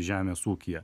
žemės ūkyje